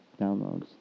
downloads